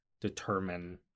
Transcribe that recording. determine